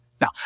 Now